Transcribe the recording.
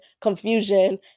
confusion